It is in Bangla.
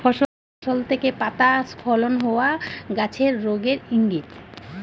ফসল থেকে পাতা স্খলন হওয়া গাছের রোগের ইংগিত